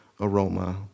aroma